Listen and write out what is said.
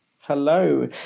Hello